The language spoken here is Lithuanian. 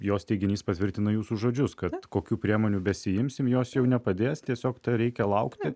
jos teiginys patvirtina jūsų žodžius kad kokių priemonių besiimsim jos jau nepadės tiesiog reikia laukti